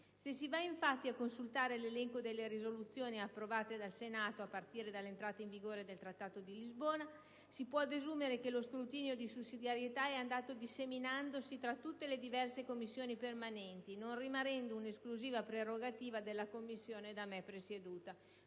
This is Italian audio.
Se si va, infatti, a consultare l'elenco delle risoluzioni approvate dal Senato, a partire dall'entrata in vigore del Trattato di Lisbona, si può desumere che lo scrutinio di sussidiarietà è andato disseminandosi tra tutte le diverse Commissioni permanenti, non rimanendo un'esclusiva prerogativa della Commissione da me presieduta.